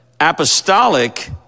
Apostolic